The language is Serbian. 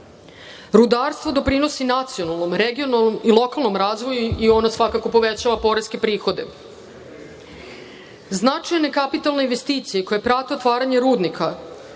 Rudarstvo doprinosi nacionalnom, regionalnom i lokalnom razvoju i ono svakako povećava poreske prihode. Značajne kapitalne investicije koje prate otvaranje rudnika